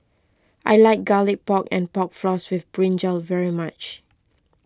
I like Garlic Pork and Pork Floss with Brinjal very much